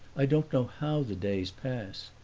i don't know how the days pass.